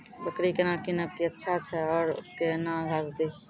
बकरी केना कीनब केअचछ छ औरू के न घास दी?